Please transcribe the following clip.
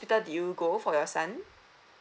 hospital did you go for your son